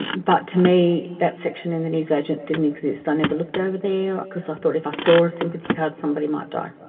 but to me that section in the newsagent didn't exist, i never looked over there because i thought if i ah saw a sympathy card somebody might die,